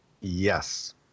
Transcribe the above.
Yes